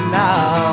now